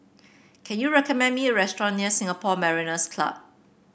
can you recommend me a restaurant near Singapore Mariners' Club